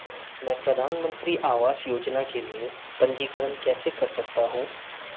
मैं प्रधानमंत्री आवास योजना के लिए पंजीकरण कैसे कर सकता हूं?